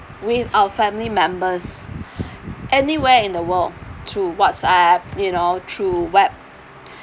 with our family members anywhere in the world through whatsapp you know through web